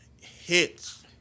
hits